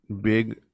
big